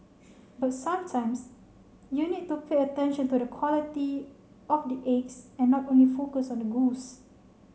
but sometimes you need to pay attention to the quality of the eggs and not only focus on the goose